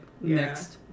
next